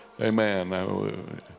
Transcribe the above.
amen